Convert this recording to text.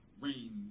rain